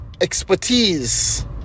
expertise